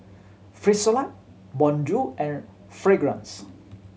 Frisolac Bonjour and Fragrance